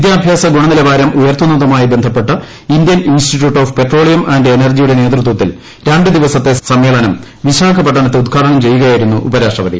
വിദ്യാഭ്യാസ ഗുണനിലവാരം ഉയർത്തുന്നതുമായി ബന്ധപ്പെട്ട് Indian Institute of Petroleum and എനർജിയുടെ നേതൃത്വത്തിൽ രണ്ടു ദിവസത്തെ സമ്മേളനം വിശാഖപട്ടണത്ത് ഉദ്ഘാടനം ചെയ്യുകയാ യിരുന്നു ഉപരാഷ്ട്രപതി